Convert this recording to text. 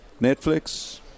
Netflix